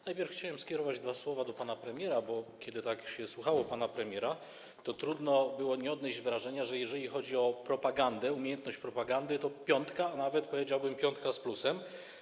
Najpierw chciałem skierować dwa słowa do pana premiera, bo kiedy tak się słuchało pana premiera, to trudno było nie odnieść wrażenia, że jeżeli chodzi o propagandę, umiejętność propagandy, to jest piątka, a nawet powiedziałbym: piątka z plusem.